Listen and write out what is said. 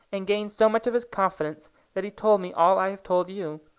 and gained so much of his confidence that he told me all i have told you.